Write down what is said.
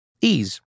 Ease